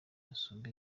gusumba